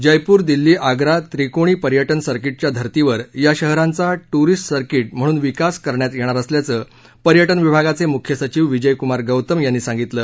जयपूर दिल्ली आग्रा त्रिकोणी पर्यटन सर्किटच्या धर्तीवर या शहरांचा टूरिस्ट सर्किट म्हणून विकास करण्यात येणार असल्याचं पर्यटन विभागाचे मुख्य सचिव विजय कुमार गौतम यांनी सांगितलं